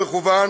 ומקוון